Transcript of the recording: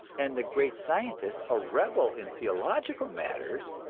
and the great scientist, a rebel in theological matters,